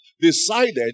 decided